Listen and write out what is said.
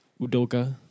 Udoka